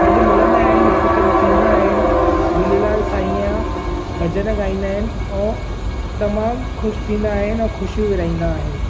गॾु मिलंदा आहिनि हिकु गॾु थीन्दा आहिनि झूलेलाल साईंअ जा भॼन ॻाईंदा आहिनि ऐं तमामु ख़ुशि थीन्दा आहिनि ऐं ख़ुशियूं विरहाईंदा आहिनि